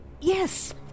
Yes